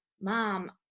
mom